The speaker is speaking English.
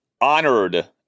honored